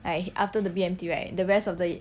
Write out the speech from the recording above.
like after the B_M_T right the rest of the